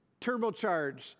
turbocharge